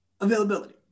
availability